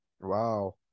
Wow